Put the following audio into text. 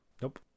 Nope